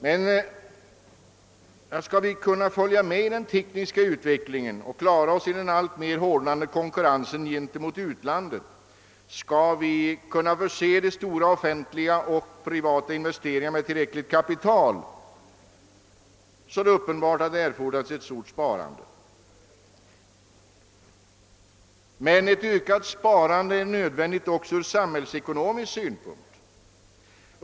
Men om vi skall kunna följa med i den tekniska utvecklingen och hävda oss i den alltmer hårdnande konkurrensen med utlandet samt ha tillräckligt med kapital för de stora offentliga och privata investeringarna, så är det uppenbarligen nödvändigt med ett stort sparande. Ett ökat sparande är nödvändigt också ur samhällsekonomisk synpunkt.